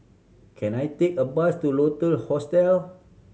can I take a bus to Lotus Hostel